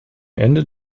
ende